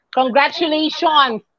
congratulations